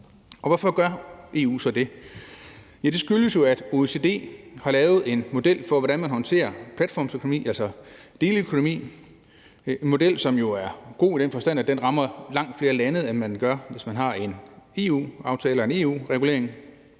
Hvorfor gør EU så det? Det skyldes jo, at OECD har lavet en model for, hvordan man håndterer platformsøkonomi, altså deleøkonomi, en model, som er god i den forstand, at den rammer langt flere lande, end hvis man har en EU-regulering.